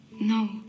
No